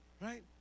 right